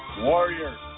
Warriors